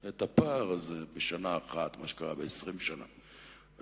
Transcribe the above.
את הפער של 20 שנה בשנה אחת.